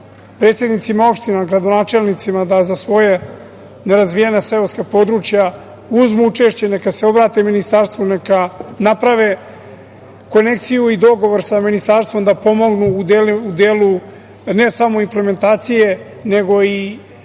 predsednicima opština, gradonačelnicima da za svoja nerazvijena seoska područja uzmu učešće. Neka se obrate ministarstvu, neka naprave konekciju i dogovor sa ministarstvom da pomognu u delu ne samo implementacije, nego i